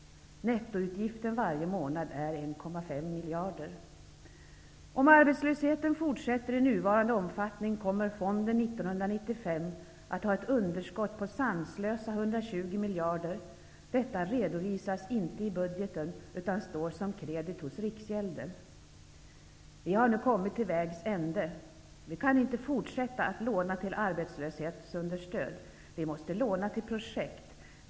Nettoutgiften varje månad är 1,5 miljarder. Om arbetslösheten fortsätter med nuvarande omfattning kommer fonden 1995 att ha ett underskott på sanslösa 12O miljarder. Detta redovisas inte i budgeten utan står som kredit hos riksgälden! Vi har nu kommit till vägs ände! Vi kan inte fortsätta att låna till arbetslöshetsunderstöd. Vi måste låna till projekt.